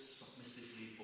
submissively